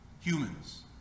humans